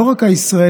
לא רק הישראלית,